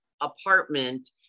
apartment